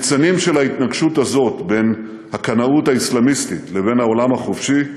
הניצנים של ההתנגשות הזאת בין הקנאות האסלאמיסטית לבין העולם החופשי,